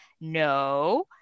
No